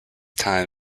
time